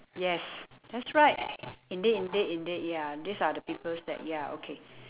yes that's right indeed indeed indeed ya these are the peoples that ya okay